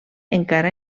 encara